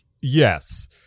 yes